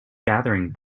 gathering